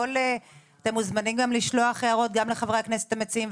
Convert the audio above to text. אתם מוזמנים לשלוח הערות גם לוועדה וגם לחברי הכנסת המציעים.